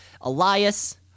Elias